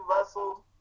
wrestled